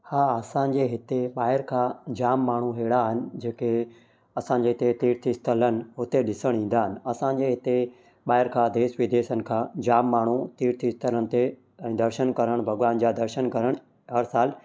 हा असांजे हिते ॿाहिरि खां जाम माण्हू अहिड़ा आहिनि जेके असांजे हिते तीर्थ स्थल आहिनि हुते ॾिसण ईंदा आहिनि असांजे हिते ॿाहिरि खां देश विदेशनि खां जाम माण्हू तीर्थ स्थलनि ते ऐं दर्शन करणु भॻिवान जा दर्शन करणु हर सालु